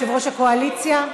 יושב-ראש הקואליציה.